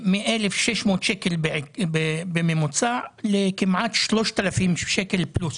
בסעיף 1(2)(ב), במקום '13' יבוא '18'.